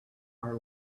are